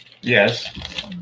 Yes